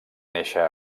néixer